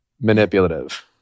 manipulative